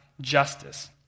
justice